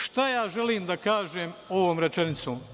Šta ja želim da kažem ovom rečenicom?